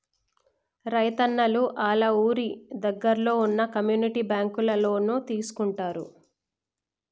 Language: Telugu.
రైతున్నలు ఆళ్ళ ఊరి దగ్గరలో వున్న కమ్యూనిటీ బ్యాంకులలో లోన్లు తీసుకుంటారు